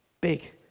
Big